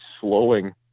slowing